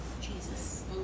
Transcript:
Jesus